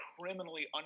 criminally